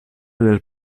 del